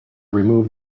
remove